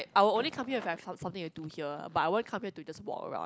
I will only come here if I have something something to do here but I won't come here to just walk around